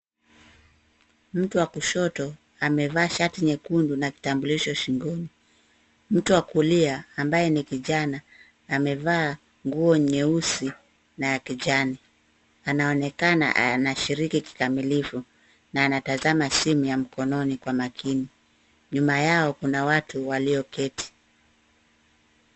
Mtu wa kushoto amevaa shati nyekundu na kitambulisho shingoni. Mtu wa kulia ambaye ni kijana, amevaa nguo nyeusi na ya kijani. Anaonekana anashiriki kikamilifu na anatazama simu ya mkononi kwa makini. Nyuma yao kuna watu walioketi.